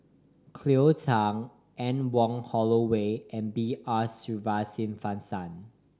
Cleo Thang Anne Wong Holloway and B R Sreenivasan